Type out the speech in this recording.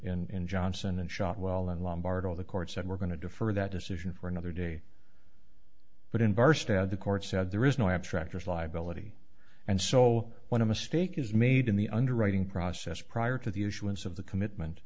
and in johnson and shot well in lombardo the court said we're going to defer that decision for another day but in barstow the court said there is no abstract or liability and so when a mistake is made in the underwriting process prior to the issue and some of the commitment